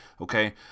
okay